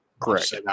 Correct